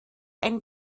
ein